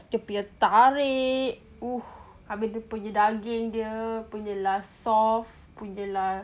dia punya tarik abih dia punya daging dia punya lah soft punya lah